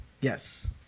Yes